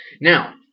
Now